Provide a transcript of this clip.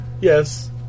Yes